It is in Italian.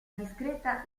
discreta